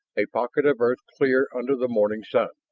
a pocket of earth clear under the morning sun.